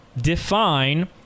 define